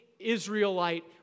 Israelite